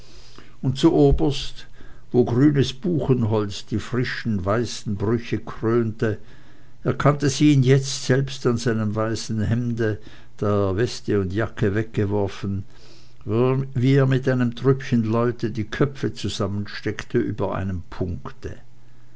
und zuoberst wo grünes buchenholz die frischen weißen brüche krönte erkannte sie ihn jetzt selbst an seinem weißeren hemde da er weste und jacke weggeworfen wie er mit einem trüppchen leute die köpfe zusammensteckte über einem punkte